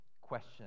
Question